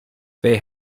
they